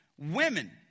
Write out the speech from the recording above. Women